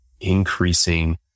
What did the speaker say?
increasing